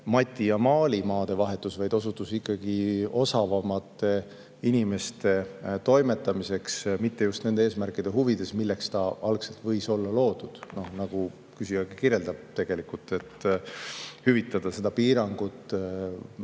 Mati ja Maali maadevahetus, vaid osutus ikkagi osavamate inimeste toimetamiseks ja mitte just nende eesmärkide huvides, milleks ta algselt võis olla loodud, nagu küsija isegi kirjeldas, et hüvitada seda piirangut, vähendada